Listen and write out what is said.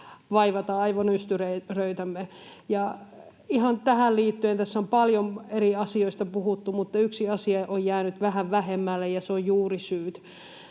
vaivata aivonystyröitämme. Ja ihan tähän liittyen: Tässä on paljon eri asioista puhuttu, mutta yksi asia on jäänyt vähän vähemmälle, ja se on juurisyyt,